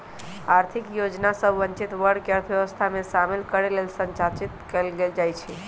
आर्थिक योजना सभ वंचित वर्ग के अर्थव्यवस्था में शामिल करे लेल संचालित कएल जाइ छइ